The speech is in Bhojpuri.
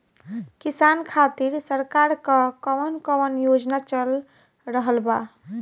किसान खातिर सरकार क कवन कवन योजना चल रहल बा?